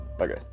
okay